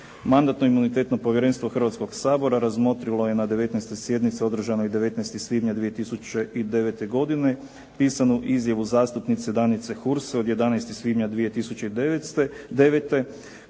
Mandatno-imunitetno povjerenstvo Hrvatskoga sabora razmotrilo je na 19. sjednici održanoj 19. svibnja 2009. godine pisanu izjavu zastupnice Danice Hurs od 11. svibnja 2009. kojom